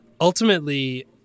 ultimately